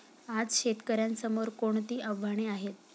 आज शेतकऱ्यांसमोर कोणती आव्हाने आहेत?